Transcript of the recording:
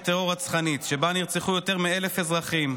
טרור רצחנית שבה נרצחו יותר מ-1,000 אזרחים,